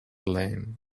lame